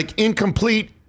incomplete